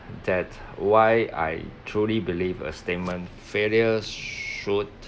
that why I truly believe a statement failure s~ should